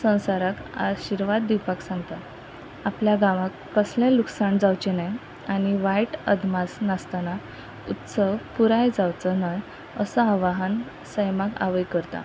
संवसाराक आशिर्वाद दिवपाक सांगता आपल्या गांवांत कसलेंय लुकसाण जावचें न्हय आनी वायट अदमास नासतना उत्सव पुराय जावचो न्हय असो आव्हान सैमाक आवय करता